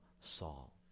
Saul